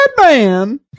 man